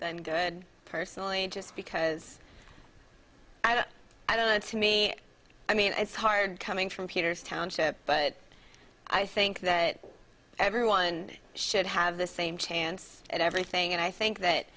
than good personally just because i don't i don't know to me i mean it's hard coming from peter's township but i think that everyone should have the same chance at everything and i think that